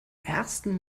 ersten